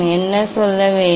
என்ன சொல்ல வேண்டும்